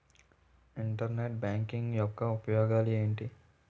Internet banking యెక్క ఉపయోగాలు ఎంటి?